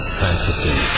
fantasy